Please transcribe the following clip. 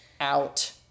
out